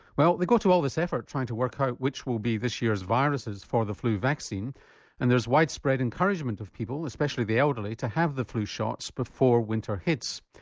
well they go to all this effort trying to work out which will be this year's viruses for the flu vaccine and there's widespread encouragement for people, especially the elderly, to have the flu shot before winter hits.